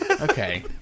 Okay